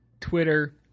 Twitter